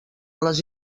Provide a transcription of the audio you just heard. les